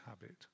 habit